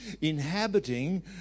inhabiting